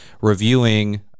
Reviewing